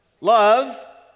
Love